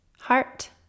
heart